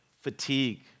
fatigue